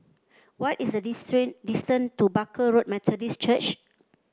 what is the distance to Barker Road Methodist Church